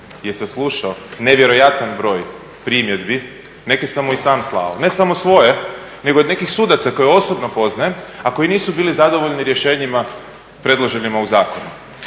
je saslušao nevjerojatan broj primjedbi, neke sam mu i sam slao, ne samo svoje nego i od nekih sudaca koje osobno poznajem a koji nisu bili zadovoljni rješenjima predloženima u zakonu.